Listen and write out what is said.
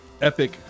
epic